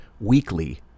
weekly